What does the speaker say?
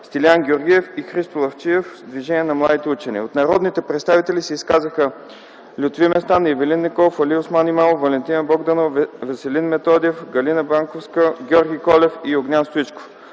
Стилиян Георгиев и Христо Лафчиев – Движение на младите учени. От народните представители се изказаха Лютви Местан, Ивелин Николов, Алиосман Имамов, Валентина Богданова, Веселин Методиев, Галина Банковска, Георги Колев и Огнян Стоичков.